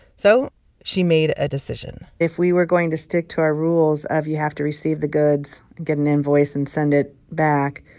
so she made a decision if we were going to stick to our rules of you have to receive the goods, get an invoice and send it back,